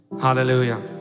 Hallelujah